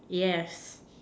yes